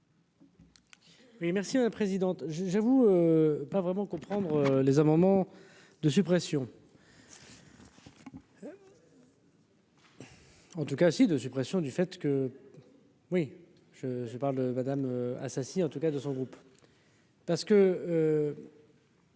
merci à la présidente : j'avoue pas vraiment comprendre les amendements de suppression. En tout cas si de suppression du fait que oui je je parle madame Assassi en tout cas de son groupe. Parce que.